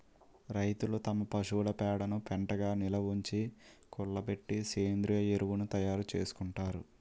రైతులు తమ పశువుల పేడను పెంటగా నిలవుంచి, కుళ్ళబెట్టి సేంద్రీయ ఎరువును తయారు చేసుకుంటారు